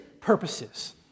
purposes